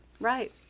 right